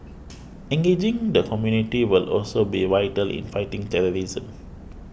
engaging the community will also be vital in fighting terrorism